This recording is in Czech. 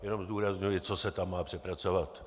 Jenom zdůrazňuji, co se tam má přepracovat.